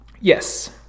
Yes